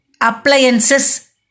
appliances